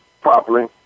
properly